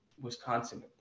Wisconsin